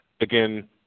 again